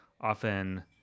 often